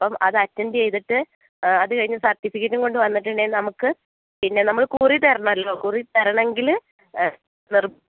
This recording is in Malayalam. അപ്പം അത് അറ്റൻഡ് ചെയ്തിട്ട് അത് കഴിഞ്ഞ് സർട്ടിഫിക്കറ്റും കൊണ്ട് വന്നിട്ടുണ്ടെങ്കിൽ നമുക്ക് പിന്നെ നമ്മൾ കുറി തരണമല്ലോ കുറി തരണമെങ്കിൽ നിർ